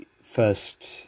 first